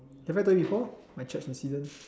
have I told you before my church incident